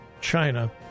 China